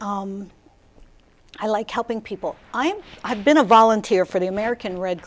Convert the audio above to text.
i like helping people i'm i've been a volunteer for the american red